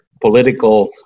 political